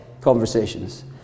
conversations